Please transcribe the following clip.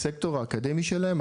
הסקטור האקדמי שלהם,